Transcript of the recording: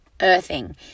earthing